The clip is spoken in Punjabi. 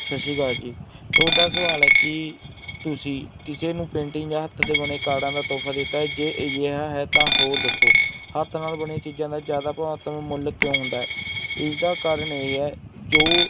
ਸਤਿ ਸ਼੍ਰੀ ਅਕਾਲ ਜੀ ਤੁਹਾਡਾ ਸਵਾਲ ਹੈ ਕਿ ਤੁਸੀਂ ਕਿਸੇ ਨੂੰ ਪੇਂਟਿੰਗ ਜਾਂ ਹੱਥ ਦੇ ਬਣੇ ਕਾਰਡਾਂ ਦਾ ਤੋਹਫਾ ਦਿੱਤਾ ਹੈ ਜੇ ਅਜਿਹਾ ਹੈ ਤਾਂ ਹੋਰ ਦੱਸੋ ਹੱਥ ਨਾਲ ਬਣੀਆਂ ਚੀਜ਼ਾਂ ਦਾ ਜ਼ਿਆਦਾ ਭਵਾਤਮ ਮੁੱਲ ਕਿਉਂ ਹੁੰਦਾ ਹੈ ਇਸ ਦਾ ਕਾਰਨ ਇਹ ਹੈ ਜੋ